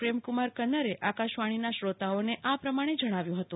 પ્રેમકુમાર ક્ન્નરે આકાશવાણી ના શ્રોતાઓને આ પ્રમાણે જણાવ્યું હતું